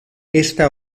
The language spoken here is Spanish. esta